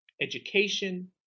education